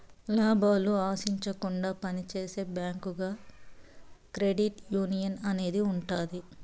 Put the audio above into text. లాభాలు ఆశించకుండా పని చేసే బ్యాంకుగా క్రెడిట్ యునియన్ అనేది ఉంటది